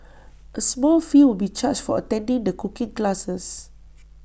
A small fee will be charged for attending the cooking classes